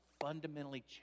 fundamentally